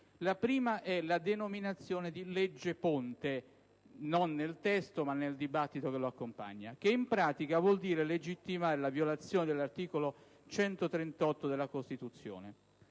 La prima è la denominazione di legge ponte - usata non nel testo, ma nel dibattito che lo accompagna - che in sostanza vuol dire legittimare la violazione dell'articolo 138 della Costituzione.